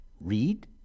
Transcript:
read